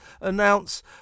announce